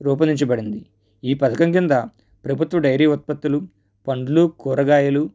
రూపొందించబడింది ఈ పథకం కింద ప్రభుత్వ డెయిరీ ఉత్పత్తులు పండ్లు కూరగాయలు